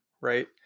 right